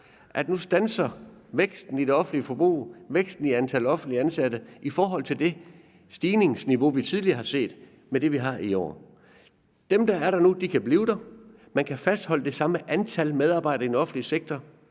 at nu standser væksten i det offentlige forbrug og væksten i antallet af offentligt ansatte – i forhold til det stigningsniveau, vi tidligere har set – med det, vi har i år. Dem, der er der nu, kan blive der; man kan fastholde det samme antal medarbejdere i den offentlige sektor,